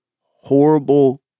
horrible